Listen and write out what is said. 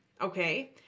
Okay